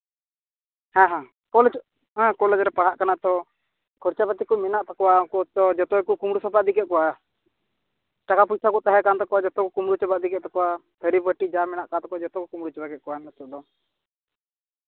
ᱦᱮᱸ ᱦᱮᱸ college college ᱨᱮᱭ ᱯᱟᱲᱦᱟᱜ ᱠᱟᱱᱟ ᱛᱚ ᱠᱷᱚᱨᱪᱟ ᱯᱟᱹᱛᱤ ᱠᱚ ᱢᱮᱱᱟᱜ ᱛᱟᱠᱚᱣᱟ ᱩᱱᱠᱩ ᱛᱚ ᱡᱚᱛᱚ ᱜᱮᱠᱚ ᱠᱩᱢᱵᱽᱲᱩ ᱥᱟᱯᱷᱟ ᱤᱫᱤ ᱠᱮᱫ ᱠᱚᱣᱟ ᱴᱟᱠᱟ ᱯᱚᱭᱥᱟ ᱠᱚ ᱛᱟᱦᱮᱸ ᱠᱟᱱ ᱛᱟᱠᱚᱣᱟ ᱡᱚᱛᱚ ᱠᱚ ᱠᱩᱢᱵᱽᱲᱩ ᱪᱟᱵᱟ ᱤᱫᱤ ᱠᱮᱫ ᱛᱟᱠᱚᱣᱟ ᱛᱷᱟᱹᱨᱤ ᱵᱟᱹᱴᱤ ᱡᱟ ᱢᱮᱱᱟᱜ ᱠᱟᱜ ᱛᱟᱠᱚᱣᱟ ᱡᱚᱛᱚ ᱠᱚ ᱠᱩᱢᱽᱵᱲᱩ ᱪᱟᱵᱟ ᱠᱮᱜ ᱠᱚᱣᱟ ᱱᱤᱛᱚᱜ ᱫᱚ